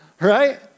Right